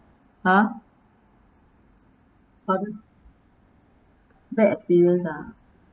!huh! pardon bad experience ah